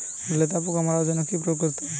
লেদা পোকা মারার জন্য কি প্রয়োগ করব?